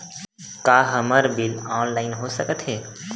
का हमर bill online हो सकत हे?